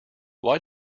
why